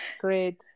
great